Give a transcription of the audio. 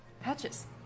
Patches